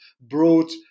brought